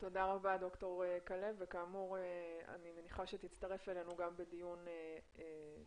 תודה רבה ד"ר כלב ואני מניחה שתצטרף אלינו גם לדיון שאנחנו